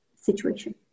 situation